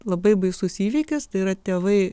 labai baisus įvykis tai yra tėvai